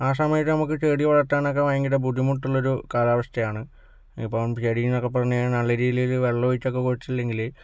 ആ സമയത്ത് നമുക്ക് ചെടി വളർത്താനൊക്കെ ഭയങ്കര ബുദ്ധിമുട്ടുള്ളൊരു കാലാവസ്ഥയാണ് ഇപ്പം ചെടീന്നൊക്കെ പറഞ്ഞ് കഴിഞ്ഞാൽ നല്ല രീതിയിൽ വെള്ളം ഒഴിച്ചൊന്നും കൊടുത്തില്ലെങ്കില്